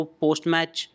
post-match